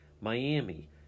Miami